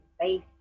face